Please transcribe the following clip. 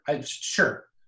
Sure